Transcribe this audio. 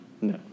No